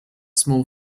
small